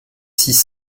six